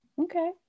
Okay